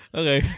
okay